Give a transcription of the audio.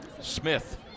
Smith